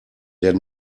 der